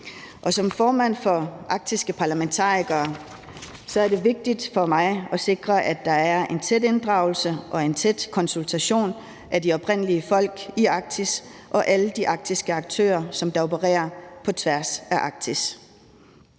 Som formand for Arktiske Parlamentarikere er det vigtigt for mig at sikre, at der er en tæt inddragelse og en tæt konsultation af de oprindelige folk i Arktis og alle de arktiske aktører, som opererer på tværs af Arktis.